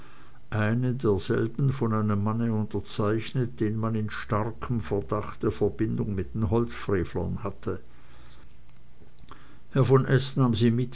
eine derselben von einem manne unterzeichnet den man in starkem verdacht der verbindung mit den holzfrevlern hatte herr von s nahm sie mit